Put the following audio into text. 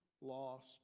lost